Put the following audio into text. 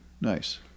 nice